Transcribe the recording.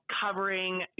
covering